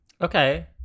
Okay